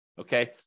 okay